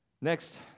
Next